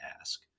Ask